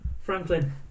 Franklin